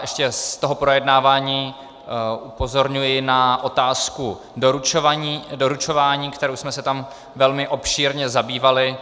Ještě z toho projednávání upozorňuji na otázku doručování, kterou jsme se tam velmi obšírně zabývali.